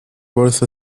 worth